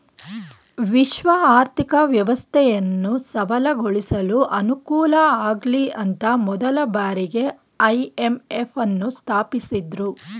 ವಿಶ್ವ ಆರ್ಥಿಕ ವ್ಯವಸ್ಥೆಯನ್ನು ಸಬಲಗೊಳಿಸಲು ಅನುಕೂಲಆಗ್ಲಿಅಂತ ಮೊದಲ ಬಾರಿಗೆ ಐ.ಎಂ.ಎಫ್ ನ್ನು ಸ್ಥಾಪಿಸಿದ್ದ್ರು